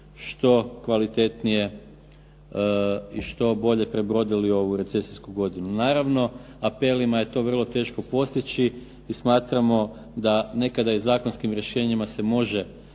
što kvalitetnije i što bolje prebrodili ovu recesijsku godinu. Naravno apelima je to vrlo teško postići i smatramo da nekada i zakonskim rješenjima se može